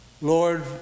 Lord